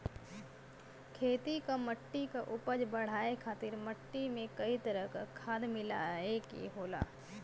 खेती क मट्टी क उपज बढ़ाये खातिर मट्टी में कई तरह क खाद मिलाये के होला